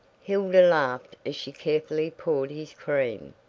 hilda laughed as she carefully poured his cream.